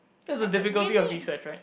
that's a difficulty of research right